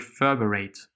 reverberate